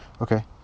Okay